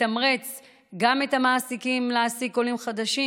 לתמרץ גם את המעסיקים להעסיק עולים חדשים.